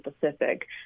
Pacific